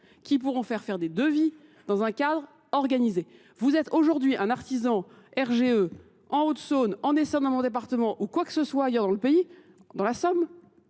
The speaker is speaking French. qui pourront faire faire des devis dans un cadre organisé. Vous êtes aujourd'hui un artisan RGE en Haute-Saône, en Aisson dans mon département ou quoi que ce soit ailleurs dans le pays, dans la Somme ?